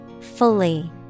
Fully